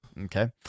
okay